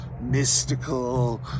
mystical